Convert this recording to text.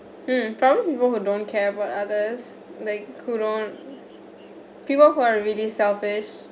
hmm probably people who don't care about others like who aren't people who are really selfish